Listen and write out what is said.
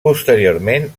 posteriorment